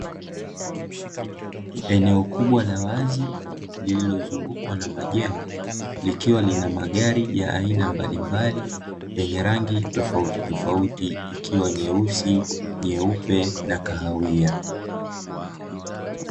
Eneo kubwa la wazi lililozungukwa na majengo, likiwa lina magari ya aina mbalimbali yenye rangi tofautitofauti, ikiwa nyeusi, nyeupe na kahawia,